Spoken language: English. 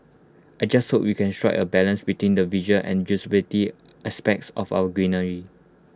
I just hope we can strike A balance between the visual and usability aspects of our greenery